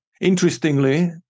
Interestingly